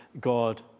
God